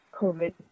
COVID